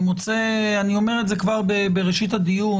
אני מוצא, אני אומר את זה כבר בראשית הדיון,